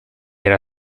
era